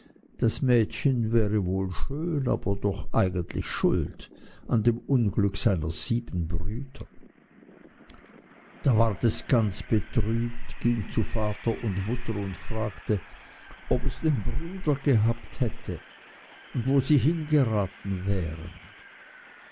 das mädchen wäre wohl schön aber doch eigentlich schuld an dem unglück seiner sieben brüder da ward es ganz betrübt ging zu vater und mutter und fragte ob es denn brüder gehabt hätte und wo sie hingeraten wären